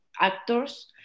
actors